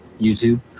YouTube